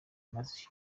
imaze